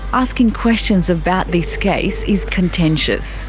asking questions about this case is contentious